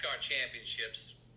championships